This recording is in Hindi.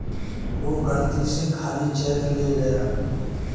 वो गलती से खाली चेक ले गया